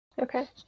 Okay